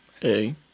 hey